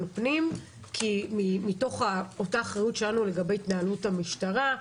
הפנים מתוך האחריות שלנו לגבי התנהלות המשטרה.